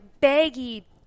baggy –